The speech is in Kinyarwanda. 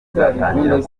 izatangira